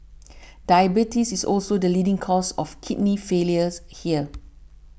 diabetes is also the leading cause of kidney failures here